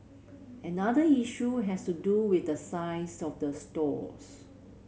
another issue has to do with the size of the stalls